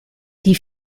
die